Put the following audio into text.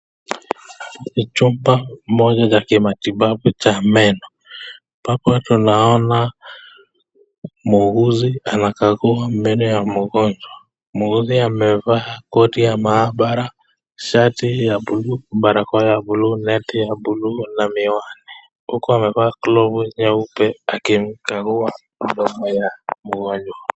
Hii ni chumba moja ya matibabu ya meno. Hapa tunaona muuguzi anakagua meno ya mgonjwa. Muuguzi amevaa koti ya maabara shati ya buluu, barakoa ya buluu, neti ya buluu na miwani huku anamkagua meno ya mgonjwa.